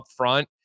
upfront